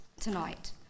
tonight